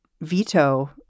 veto